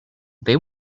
they